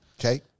Okay